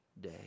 day